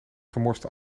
gemorste